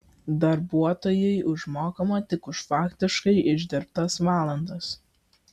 darbuotojui užmokama tik už faktiškai išdirbtas valandas